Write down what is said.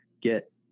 get